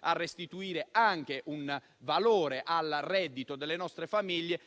a restituire anche un valore al reddito delle nostre famiglie,